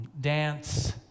dance